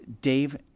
Dave